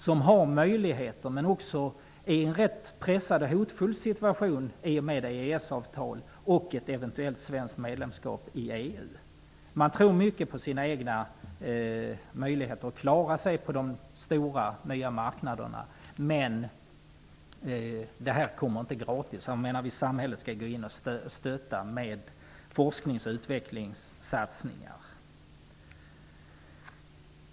Den har möjligheter men är också i en rätt pressad och hotfull situation i och med EES-avtalet och ett eventuellt svenskt medlemskap i EU. Man tror mycket på de egna möjligheterna att klara sig på de stora, nya marknaderna, men detta kommer inte gratis. Samhället skall gå in och stötta med forsknings och utvecklingssatsningar.